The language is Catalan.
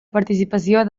participació